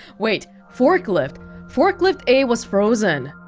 wait, forklift forklift a was frozen,